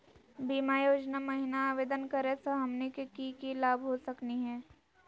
बीमा योजना महिना आवेदन करै स हमनी के की की लाभ हो सकनी हे?